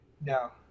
No